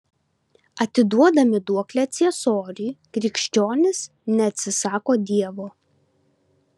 atiduodami duoklę ciesoriui krikščionys neatsisako dievo